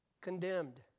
condemned